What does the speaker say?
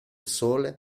sole